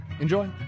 Enjoy